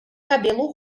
cabelo